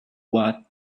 what